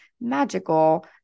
magical